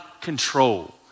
control